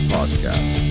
Podcast